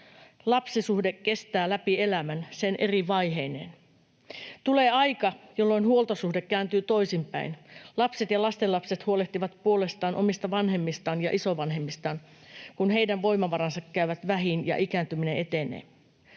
kestää läpi elämän, sen eri vaiheineen. Tulee aika, jolloin huoltosuhde kääntyy toisinpäin: lapset ja lastenlapset huolehtivat puolestaan omista vanhemmistaan ja isovanhemmistaan, kun heidän voimavaransa käyvät vähiin ja ikääntyminen etenee.